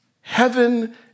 Heaven